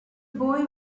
boy